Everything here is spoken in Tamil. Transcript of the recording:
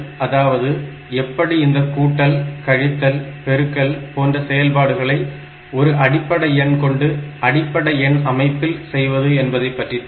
அதாவது எப்படி இந்த கூட்டல் கழித்தல் பெருக்கல் போன்ற செயல்பாடுகளை ஒரு அடிப்படை எண் கொண்டு அடிப்படை எண் அமைப்பில் செய்வது என்பதை பற்றி தான்